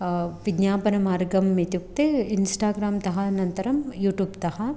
विज्ञापनमार्गम् इत्युक्ते इन्स्टाग्राम् तः अनन्तरं यूट्यूब् तः